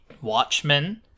Watchmen